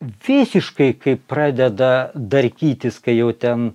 visiškai kai pradeda darkytis kai jau ten